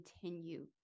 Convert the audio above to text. continue